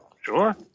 Sure